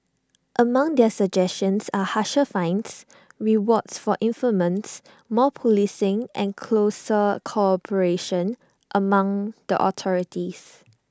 among their suggestions are harsher fines rewards for informants more policing and closer cooperation among the authorities